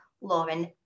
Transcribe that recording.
Lauren